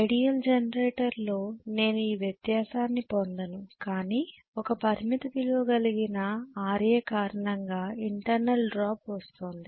ideal generator లో నేను ఈ వ్యత్యాసాన్ని పొందుతాను కాని ఒక పరిమిత విలువ గలిగిన Ra కారణంగా ఇంటర్నల్ డ్రాప్ వస్తోంది